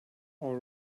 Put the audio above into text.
all